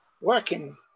working